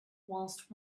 whilst